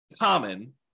common